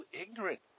ignorant